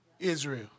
Israel